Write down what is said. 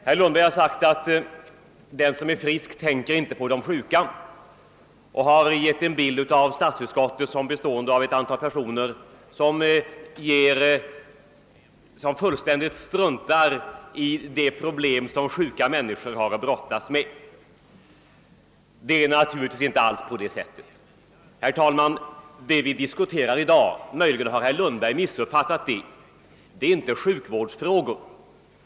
Herr Lundberg sade att den som är frisk inte tänker på de sjuka och han målade upp en bild av statsutskottet som bestående av ett antal personer som fullständigt struntar i de problem sjuka människor har att brottas med. Det är naturligtvis inte alls på det sättet. Vad vi diskuterar i dag är inte — möjligen har herr Lundberg missuppfattat saken — sjukvårdsfrågor.